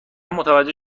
متوجه